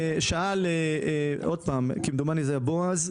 שאל כמדומני בועז,